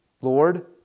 Lord